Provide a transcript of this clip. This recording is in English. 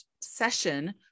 session